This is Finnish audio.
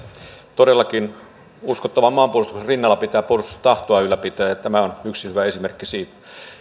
todellakin uskottavan maanpuolustuksen rinnalla pitää puolustustahtoa ylläpitää ja tämä on yksi hyvä esimerkki siitä